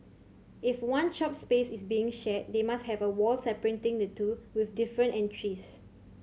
if one shop space is being shared they must have a wall separating the two with different entries